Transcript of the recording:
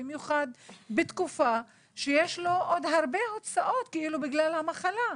במיוחד בתקופה שיש לו עוד הרבה הוצאות בגלל המחלה.